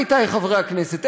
עמיתי חברי הכנסת,